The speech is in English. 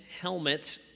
helmet